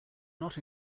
not